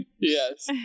Yes